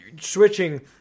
switching